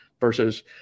versus